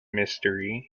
mystery